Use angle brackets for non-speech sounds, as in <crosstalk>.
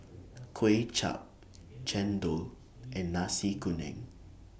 <noise> Kway Chap Chendol and Nasi Kuning